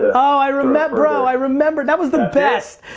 i remember, bro, i remember. that was the best!